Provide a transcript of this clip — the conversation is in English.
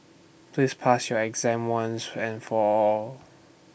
please pass your exam once and for all